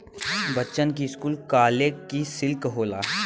बच्चन की school college की सिल्क होला